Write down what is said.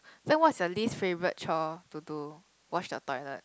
then what's your least favourite chore to do wash your toilet